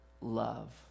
love